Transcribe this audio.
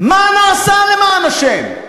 מה נעשה למען השם?